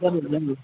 જરૂર જરૂર